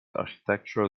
architectural